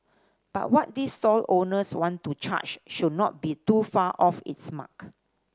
but what these stall owners want to charge should not be too far off its mark